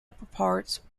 upperparts